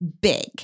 big